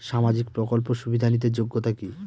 সামাজিক প্রকল্প সুবিধা নিতে যোগ্যতা কি?